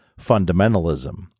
fundamentalism